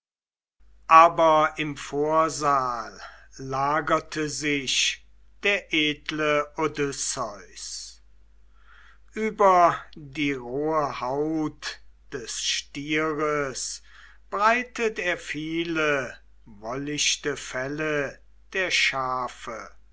aber im vorsaal lagerte sich der edle odysseus über die rohe haut des stieres breitet er viele wollichte felle der schafe